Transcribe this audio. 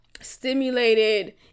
stimulated